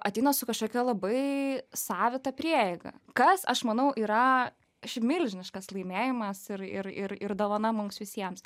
ateina su kažkokia labai savita prieiga kas aš manau yra šiaip milžiniškas laimėjimas ir ir ir ir dovana mums visiems